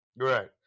Right